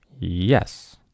Yes